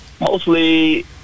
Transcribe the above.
Mostly